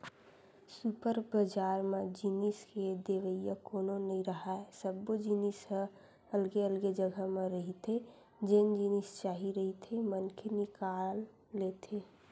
super बजार म जिनिस के देवइया कोनो नइ राहय, सब्बो जिनिस ह अलगे अलगे जघा म रहिथे जेन जिनिस चाही रहिथे मनखे निकाल लेथे